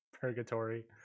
purgatory